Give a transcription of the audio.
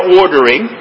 ordering